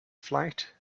flight